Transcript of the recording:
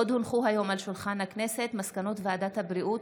עוד הונחו היום על שולחן הכנסת מסקנות ועדת הבריאות